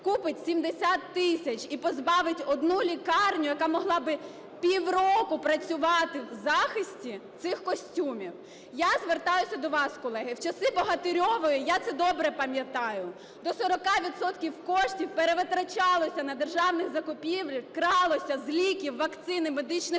купить 70 тисяч і позбавить одну лікарню, яка могла би півроку працювати в захисті, цих костюмів. Я звертаюсь до вас, колеги, в часи Богатирьової, я це добре пам'ятаю, до 40 відсотків коштів перевитрачалося на державних закупівлях, кралося з ліків, вакцин і медичних